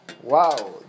wow